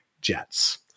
Jets